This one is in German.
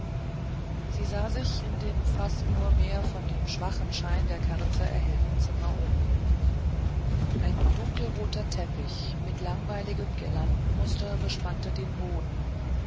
sie sah sich in dem fast nur mehr von dem schwachen schein der kerze erhellten zimmer um ein dunkelroter teppich mit langweiligem girlandenmuster bespannte den boden